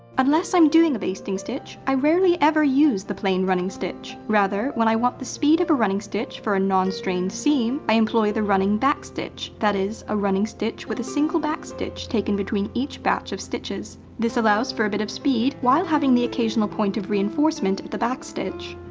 unless i'm doing a basting stitch, i rarely ever use the plain running stitch. rather, when i want the speed of a running stitch for a non-strained seam, i employ the running back stitch that is, a running stitch with a single back stitch taken between each batch of stitches. this allows for a bit of speed, while having the occasional point of reinforcement at the back stitch.